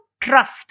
trust